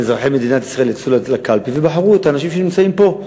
אזרחי מדינת ישראל יצאו לקלפי ובחרו את האנשים שנמצאים פה.